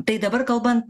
tai dabar kalbant